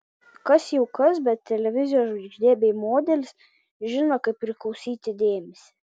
kas jau kas bet televizijos žvaigždė bei modelis žino kaip prikaustyti dėmesį